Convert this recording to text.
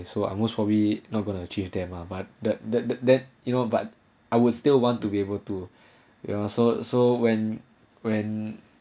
so I most will we not going to achieve them or but that that that that you know but I will still want to be able to ya so so when when